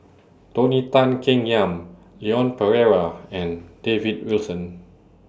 Tony Tan Keng Yam Leon Perera and David Wilson